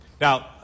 Now